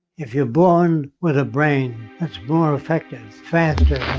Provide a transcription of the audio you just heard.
if you're born with a brain that's more effective, faster